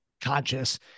conscious